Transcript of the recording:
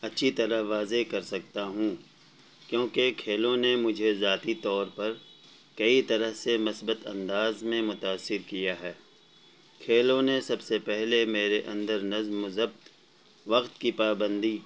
اچھی طرح واضح کر سکتا ہوں کیونکہ کھیلوں نے مجھے ذاتی طور پر کئی طرح سے مثبت انداز میں متاثر کیا ہے کھیلوں نے سب سے پہلے میرے اندر نظم و ضبط وقت کی پابندی